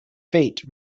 fate